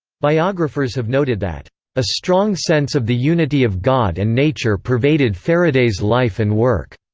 biographers have noted that a strong sense of the unity of god and nature pervaded faraday's life and work.